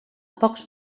pocs